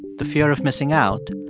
the fear of missing out,